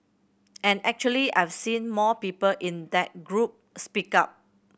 and actually I've seen more people in that group speak up